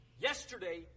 Yesterday